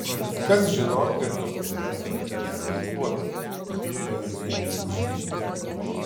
kad kas žinotų ir to paties vandens jai duotų tai ir ji išgytų